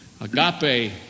agape